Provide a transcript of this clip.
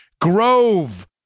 Grove